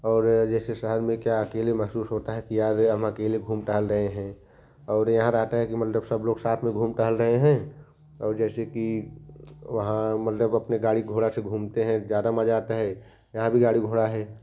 और जैसे शहर में क्या अकेले महसूस होता है कि यार हम अकेले घूम टहल रहे हैं और यहाँ रहते हैं कि मतलब सब लोग साथ घूम टहल रहे हैं और जैसे कि यहाँ मतलब अपने गाड़ी घोड़ा से घूमते हैं ज़्यादा मज़ा आता है यहाँ भी गाड़ी घोड़ा है